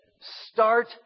start